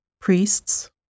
priests